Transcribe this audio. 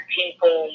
people